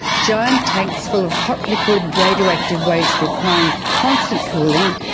giant tanks full of hot liquid radioactive waste requiring constant cooling,